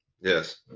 Yes